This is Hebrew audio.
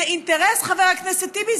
חבר הכנסת טיבי,